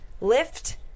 Lift